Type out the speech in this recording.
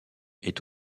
est